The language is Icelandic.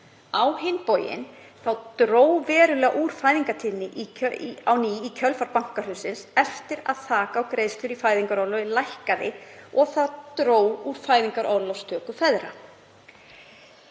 Á hinn bóginn dró verulega úr fæðingartíðni á ný í kjölfar bankahruns, eftir að þak á greiðslur í fæðingarorlofi lækkaði og það dró úr fæðingarorlofstöku feðra.“